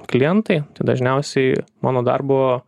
klientai tai dažniausiai mano darbo